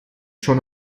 schon